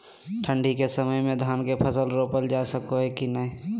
ठंडी के मौसम में धान के फसल रोपल जा सको है कि नय?